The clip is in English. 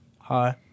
Hi